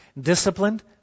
Disciplined